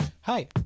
Hi